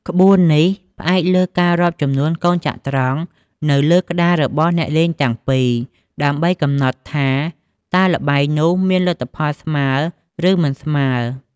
ក្បួននេះផ្អែកលើការរាប់ចំនួនកូនចត្រង្គនៅលើក្ដាររបស់អ្នកលេងទាំងពីរ ដើម្បីកំណត់ថា តើល្បែងនោះមានលទ្ធផលស្មើ ឬមិនស្មើ។